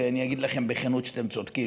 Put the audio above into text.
ואני אגיד לכם בכנות שאתם צודקים,